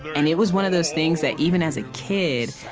and it was one of those things that, even as a kid,